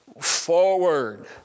forward